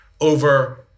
over